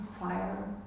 fire